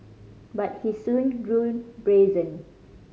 but he soon grew brazen